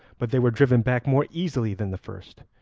but they were driven back more easily than the first,